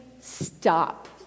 stop